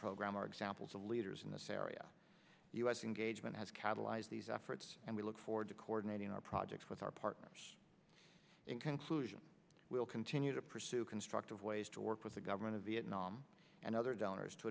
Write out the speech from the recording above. program are examples of leaders in this area u s engagement has catalyzed these efforts and we look forward to coordinating our projects with our partners in conclusion we will continue to pursue constructive ways to work with the government of vietnam and other donors to